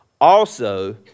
Also